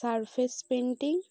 surface painting